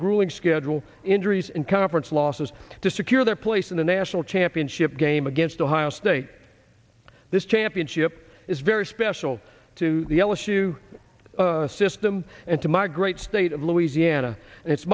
grueling schedule injuries and conference losses to secure their place in the national championship game against ohio state this championship is very special to the l issue system and to my great state of louisiana and it's